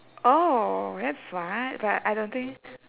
oh that's smart like I don't think